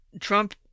Trump